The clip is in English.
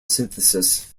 synthesis